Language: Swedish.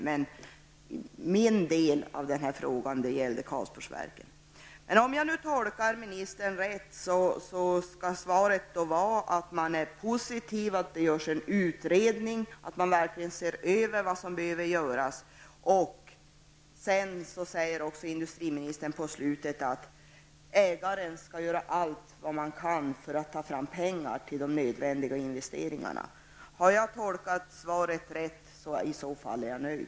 Men min fråga gällde Karlsborgsverken. Om jag tolkar ministern rätt, innebär svaret att man är positiv till att det görs en utredning och till att det verkligen blir en översyn beträffande det som behöver göras. Till slut säger industriministern att ägaren skall göra allt som tänkas kan för att få fram pengar till nödvändiga investeringar. Om min tolkning av svaret är riktig är jag nöjd.